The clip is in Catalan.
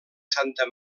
santa